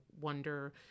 wonder